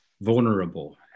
vulnerable